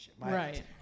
right